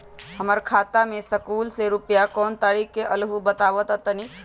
हमर खाता में सकलू से रूपया कोन तारीक के अलऊह बताहु त तनिक?